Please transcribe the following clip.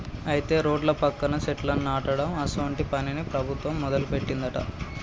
అయితే రోడ్ల పక్కన సెట్లను నాటడం అసోంటి పనిని ప్రభుత్వం మొదలుపెట్టిందట